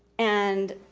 and,